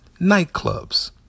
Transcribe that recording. nightclubs